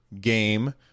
game